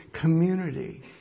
community